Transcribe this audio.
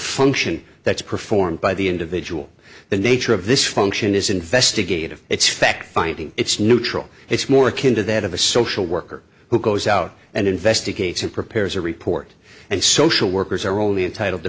function that's performed by the individual the nature of this function is investigative it's fact finding it's neutral it's more akin to that of a social worker who goes out and investigates and prepares a report and social workers are only entitled to